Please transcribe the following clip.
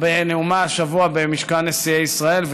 בנאומה השבוע במשכן נשיאי ישראל,